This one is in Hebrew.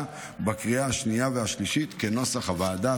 בקריאה השנייה והשלישית כנוסח הוועדה.